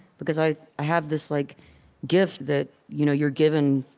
because i have this like gift that you know you're given,